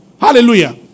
Hallelujah